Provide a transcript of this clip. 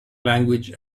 language